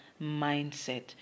mindset